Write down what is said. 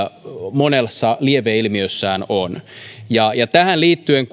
monessa lieveilmiössään on tähän liittyen